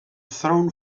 thrown